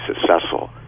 successful